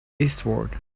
eastward